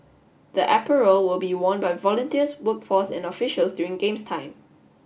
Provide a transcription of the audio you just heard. the apparel will be worn by volunteers workforce and officials during games time